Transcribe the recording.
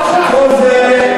בושה.